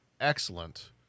excellent